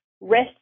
risk